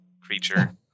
creature